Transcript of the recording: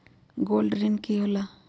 Gold ऋण की होला?